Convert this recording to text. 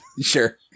sure